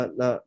na